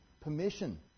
permission